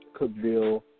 Cookville